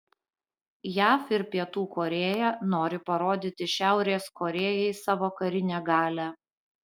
jav ir pietų korėja nori parodyti šiaurės korėjai savo karinę galią